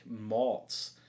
malts